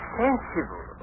sensible